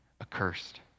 accursed